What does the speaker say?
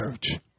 church